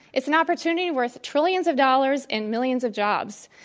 it's an opportunity worth trillions of dollars and millions of jobs.